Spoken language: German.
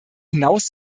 hinaus